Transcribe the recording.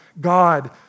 God